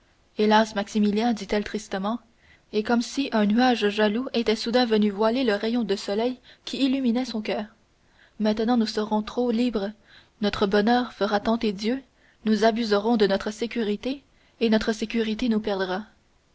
hélas maximilien dit-elle tristement et comme si un nuage jaloux était soudain venu voiler le rayon de soleil qui illuminait son coeur maintenant nous serons trop libres notre bonheur nous fera tenter dieu nous abuserons de notre sécurité et notre sécurité nous perdra